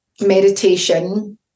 meditation